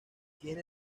tiene